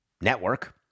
network